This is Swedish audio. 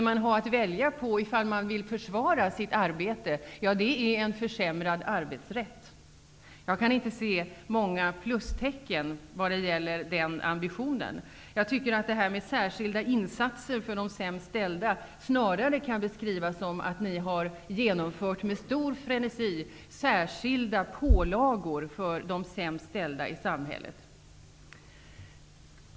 Om de vill försvara sitt arbete har de att välja på en försämrad arbetsrätt. Jag kan inte se många plustecken i fråga om denna ambition. Jag tycker att de särskilda insatserna för de sämst ställda snarare kan beskrivas som att ni med stor frenesi har infört särskilda pålagor för de sämst ställda i samhället.